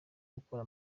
gukora